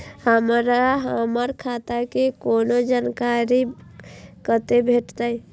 हमरा हमर खाता के कोनो जानकारी कते भेटतै